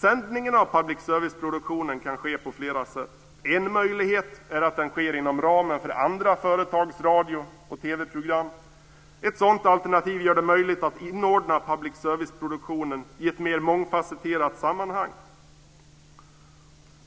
Sändningen av public service-produktionen kan ske på flera sätt. En möjlighet kan vara att den sker inom ramen för andra företags radio och TV program. Ett sådant alternativ gör det möjligt att inordna public service-produktionen i ett mer mångfacetterat sammanhang.